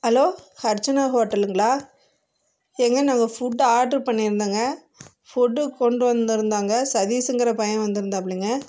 hello Archana ஹோட்டலுங்களா ஏங்க நாங்கள் ஃபுட் ஆர்டரு பண்ணியிருந்தங்க ஃபுட் கொண்டு வந்துருந்தாங்க சதீஸ்ங்குற பையன் வந்திருந்தாப்பிள்ளைங்க